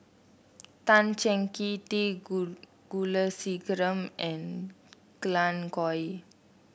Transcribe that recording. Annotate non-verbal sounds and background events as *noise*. Tan Cheng Kee T *unintelligible* Kulasekaram and Glen Goei